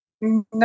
No